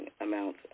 amount